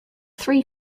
three